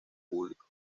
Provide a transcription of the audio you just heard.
público